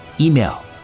Email